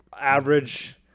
Average